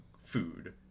food